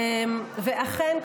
ואכן,